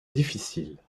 difficile